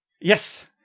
yes